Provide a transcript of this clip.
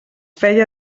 feia